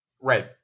Right